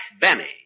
Benny